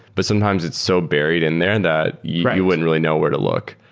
but sometimes it's so buried in there and that you you wouldn't really know where to look.